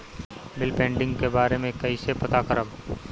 Bill pending के बारे में कईसे पता करब?